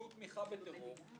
שהוא תמיכה בטרור,